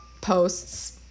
posts